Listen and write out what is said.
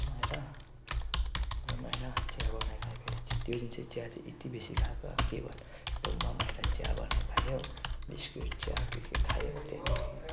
room आएर room आएर चिया बनाएर खायो फेरि त्यो दिन चाहिँ चिया चाहिँ यति बेसी खाएको अब के भन्नु रुममा पनि आएर चिया बनायो खायो बिस्कुट चिया के के खायो त्यहाँदेखि